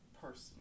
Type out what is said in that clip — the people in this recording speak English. person